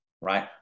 right